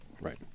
Right